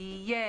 יהיה